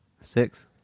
Six